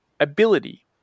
Ability